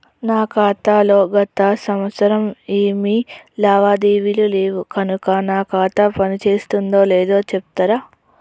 నా ఖాతా లో గత సంవత్సరం ఏమి లావాదేవీలు లేవు కనుక నా ఖాతా పని చేస్తుందో లేదో చెప్తరా?